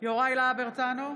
יוראי להב הרצנו,